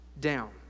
down